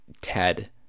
ted